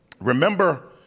Remember